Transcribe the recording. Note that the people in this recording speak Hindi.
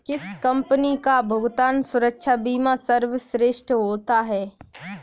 किस कंपनी का भुगतान सुरक्षा बीमा सर्वश्रेष्ठ होता है?